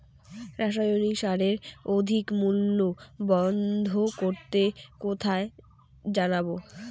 রাসায়নিক সারের অধিক মূল্য বন্ধ করতে কোথায় জানাবো?